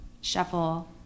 shuffle